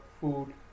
food